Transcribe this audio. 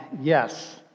yes